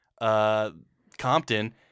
Compton